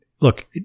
look